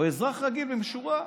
או אזרח רגיל, מהשורה,